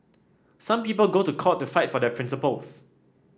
some people go to court to fight for their principles